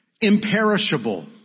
Imperishable